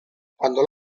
quando